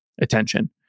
attention